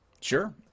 sure